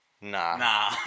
Nah